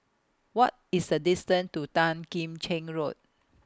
What IS The distance to Tan Kim Cheng Road